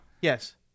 Yes